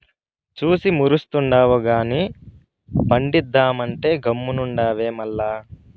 చూసి మురుస్తుండావు గానీ పండిద్దామంటే గమ్మునుండావే మల్ల